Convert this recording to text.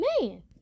man